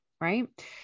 Right